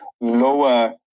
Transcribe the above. lower